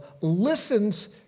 listens